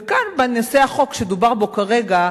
וכאן, בנושא החוק שדובר בו כרגע,